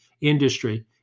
industry